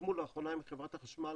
חתמו לאחרונה עם חברת החשמל,